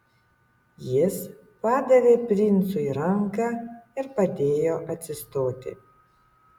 jis padavė princui ranką ir padėjo atsistoti